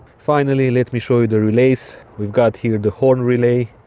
finally let me show you the relays we've got here the horn relay,